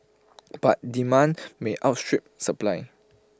but demand may outstrip supply